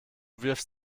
wirfst